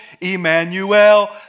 Emmanuel